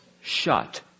shut